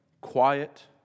quiet